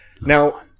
Now